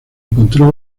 encontró